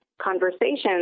conversations